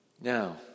Now